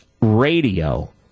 radio